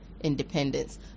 independence